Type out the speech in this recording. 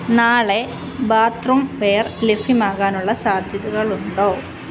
നാളെ bathroom ware ലഭ്യമാകാനുള്ള സാധ്യതകളുണ്ടോ